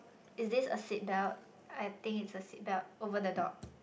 is this a seat belt I think it's a seat belt over the dog